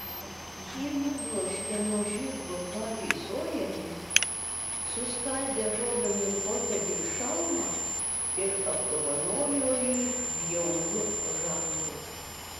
ji nubloškė nuo žirgo harį sojerį suskaldė robinui poteriui šalmą ir apdovanojo jį bjauriu randu